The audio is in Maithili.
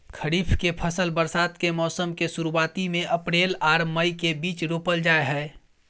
खरीफ के फसल बरसात के मौसम के शुरुआती में अप्रैल आर मई के बीच रोपल जाय हय